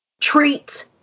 treat